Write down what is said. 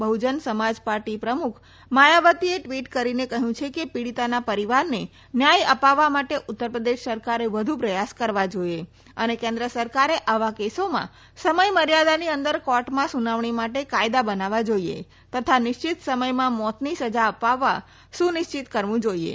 બહ્જન Samaj party પ્રમુખ માયાવતીએ tweet કરીને કહયું છે કે પીડીતાના પરિવારને ન્યાય અપવવા માટે ઉત્તર પ્રદેશ સરકારે વધુ પ્રયાસ કરવા જોઇએ અને કેન્દ્ર સરકારે આવા કેસોમાં સમય મર્યાદાની અંદર કોર્ટમાં સુનાવણી માટે કાયદા બનાવવા જોઇએ તથા નિશ્ચિત સમયમાં મોતની સજા અપવવા સૂનિશ્ચિત કરવુ જોઇએ